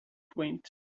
quaint